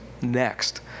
next